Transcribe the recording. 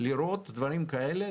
לראות דברים כאלה,